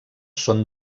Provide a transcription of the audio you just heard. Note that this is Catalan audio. són